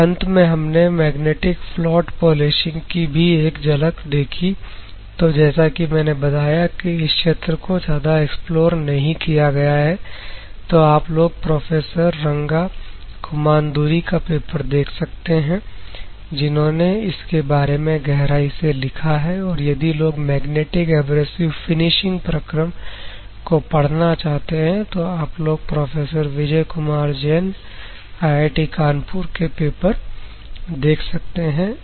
और अंत में हमने मैग्नेटिक फ्लोट पॉलिशिंग की भी एक झलक देखी और जैसा कि मैंने बताया कि इस क्षेत्र को ज्यादा एक्सप्लोर नहीं किया गया है तो आप लोग प्रोफेसर रंगा खुमानदूरी का पेपर देख सकते हैं जिन्होंने इसके बारे में गहराई से लिखा है और यदि लोग मैग्नेटिक एब्रेसिव फिनिशिंग प्रक्रम को पढ़ना चाहते हैं तो आप लोग प्रोफेसर विजय कुमार जैन आईआईटी कानपुर के पेपर देख सकते हैं